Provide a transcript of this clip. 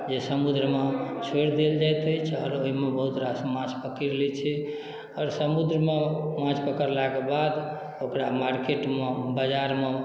जे समुद्रमे छोड़ि देल जाइत अछि आओर ओइमे बहुत रास माछ पकड़ि लै छै आओर समुद्रमे माछ पकड़लाक बाद ओकरा मार्केटमे बजारमे